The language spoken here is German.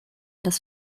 das